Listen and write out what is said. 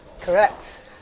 Correct